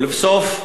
ולבסוף,